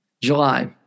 July